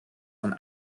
van